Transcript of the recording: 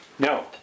No